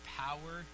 power